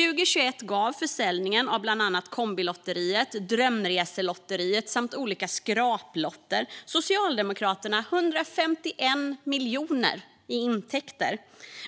År 2021 gav försäljningen från bland annat Kombilotteriet, Drömreselotteriet samt olika skraplotter Socialdemokraterna 151 miljoner kronor i intäkter.